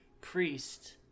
priest